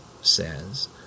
says